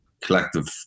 collective